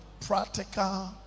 practical